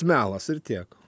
melas ir tiek